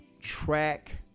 track